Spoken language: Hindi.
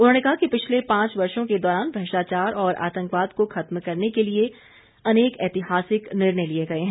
उन्होंने कहा कि पिछले पांच वर्षों के दौरान भ्रष्टाचार और आतंकवाद को खत्म करने के लिए अनेक ऐतिहासिक निर्णय लिए गए हैं